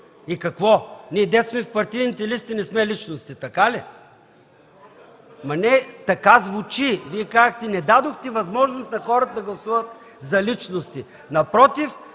И какво? Ние, дето сме в партийните листи, не сме личности, така ли? (Реплики.) Ама не, така звучи. Вие казахте: „Не дадохте възможност на хората да гласуватза личности”. Напротив,